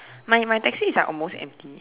my my taxi is like almost empty